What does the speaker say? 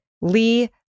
Lee